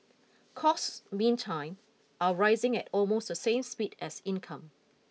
costs meantime are rising at almost the same speed as income